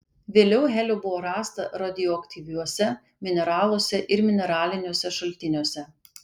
vėliau helio buvo rasta radioaktyviuose mineraluose ir mineraliniuose šaltiniuose